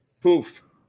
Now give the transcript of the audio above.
Poof